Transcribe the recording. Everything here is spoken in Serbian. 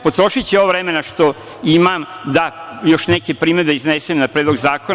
Potrošiću ovo vremena što imam da još neke primedbe iznesem na Predlog zakona.